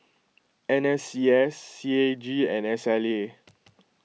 N S C S C A G and S L A